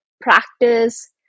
practice